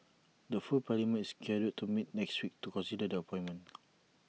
the full parliament is scheduled to meet next week to consider the appointment